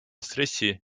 stressi